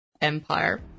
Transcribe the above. empire